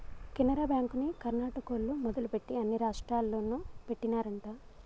కెనరా బ్యాంకుని కర్ణాటకోల్లు మొదలుపెట్టి అన్ని రాష్టాల్లోనూ పెట్టినారంట